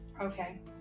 Okay